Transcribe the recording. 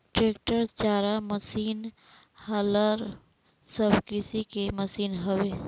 tractor, चारा machine, हालर सब कृषि के मशीन हवे